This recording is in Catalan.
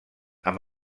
amb